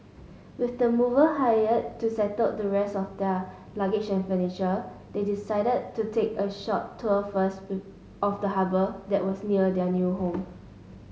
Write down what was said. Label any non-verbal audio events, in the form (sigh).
with the mover hired to settle the rest of their luggage furniture they decided to take a short tour first (unintelligible) of the harbour that was near their new home